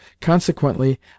Consequently